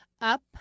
Up